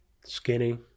Skinny